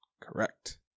Correct